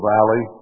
Valley